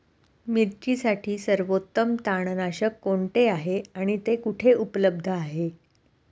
मिरचीसाठी सर्वोत्तम तणनाशक कोणते आहे आणि ते कुठे उपलब्ध आहे?